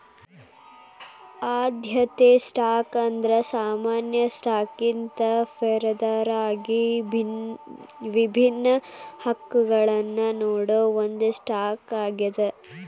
ಆದ್ಯತೆ ಸ್ಟಾಕ್ ಅಂದ್ರ ಸಾಮಾನ್ಯ ಸ್ಟಾಕ್ಗಿಂತ ಷೇರದಾರರಿಗಿ ವಿಭಿನ್ನ ಹಕ್ಕಗಳನ್ನ ನೇಡೋ ಒಂದ್ ಸ್ಟಾಕ್ ಆಗ್ಯಾದ